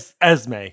Esme